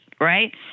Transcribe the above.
right